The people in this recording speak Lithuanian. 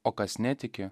o kas netiki